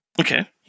Okay